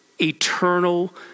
eternal